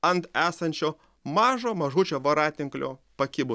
ant esančio mažo mažučio voratinklio pakibus